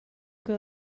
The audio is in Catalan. que